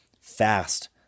fast